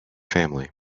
family